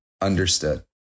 Understood